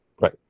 Right